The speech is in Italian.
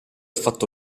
fatto